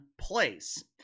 place